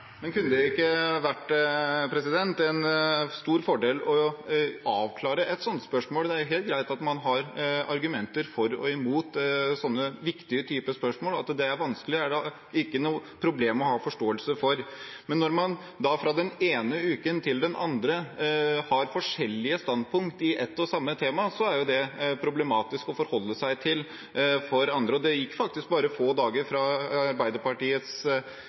Men kunne det ikke vært en stor fordel å avklare et sånt spørsmål? Det er helt greit at man har argumenter for og imot sånne viktige spørsmål, at det er vanskelig, er det da ikke noe problem å ha forståelse for. Men når man fra den ene uken til den andre har forskjellige standpunkt i ett og samme tema, så er det problematisk å forholde seg til for andre. Det gikk faktisk bare få dager fra Arbeiderpartiets